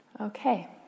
Okay